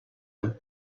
him